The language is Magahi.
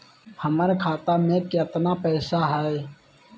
हमर खाता मे केतना पैसा हई?